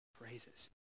praises